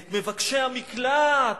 את מבקשי המקלט,